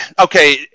okay